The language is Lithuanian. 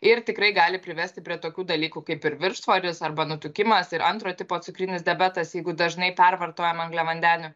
ir tikrai gali privesti prie tokių dalykų kaip ir viršsvoris arba nutukimas ir antrojo tipo cukrinis diabetas jeigu dažnai pervartojam angliavandenių